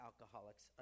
Alcoholics